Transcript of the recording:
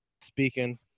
Speaking